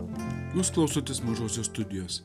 jūs klaustotės mažosios studijos